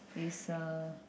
is a